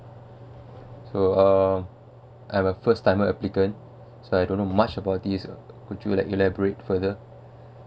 so um I'm a first timer applicant so I don't know much about this uh could you ela~ elaborate further